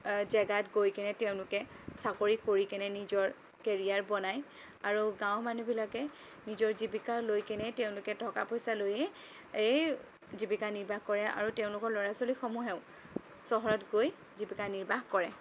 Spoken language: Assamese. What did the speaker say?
জাগাত গৈ কিনে তেওঁলোকে চাকৰি কৰি কিনে নিজৰ কেৰিয়াৰ বনায় আৰু গাঁৱৰ মানুহবিলাকে নিজৰ জীৱিকা লৈ কিনে তেওঁলোকে থকা পইচা লৈয়ে এই জীৱিকা নিৰ্বাহ কৰে আৰু তেওঁলোকৰ ল'ৰা ছোৱালীসমূহেও চহৰত গৈ জীৱিকা নিৰ্বাহ কৰে